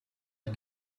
die